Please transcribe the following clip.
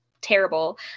terrible